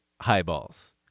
highballs